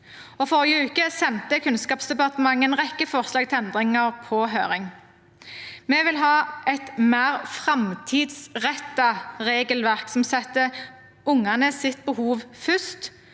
forrige uke sendte Kunnskapsdepartementet en rekke forslag til endringer på høring. Vi vil ha et mer framtidsrettet regelverk som setter ungenes behov først,